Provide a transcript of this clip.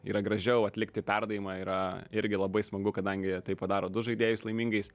yra gražiau atlikti perdavimą yra irgi labai smagu kadangi tai padaro du žaidėjus laimingais